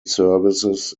services